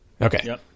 Okay